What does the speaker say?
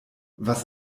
was